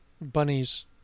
bunnies